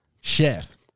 chef